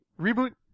reboot